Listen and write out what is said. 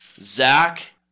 Zach